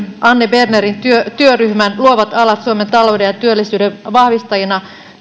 anne bernerin työryhmän tällä kaudella tehdyn luovat alat suomen talouden ja työllisyyden vahvistajina